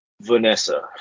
Vanessa